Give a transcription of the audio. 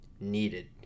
needed